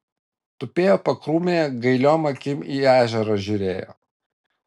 tupėjo pakrūmėje gailiom akim į ežerą žiūrėjo